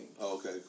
Okay